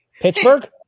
Pittsburgh